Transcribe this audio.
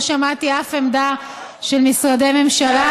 לא שמעתי אף עמדה של משרדי ממשלה,